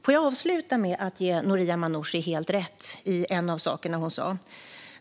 Jag vill avsluta med att ge Noria Manouchi helt rätt i en av sakerna hon sa.